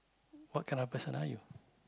what kind of person are you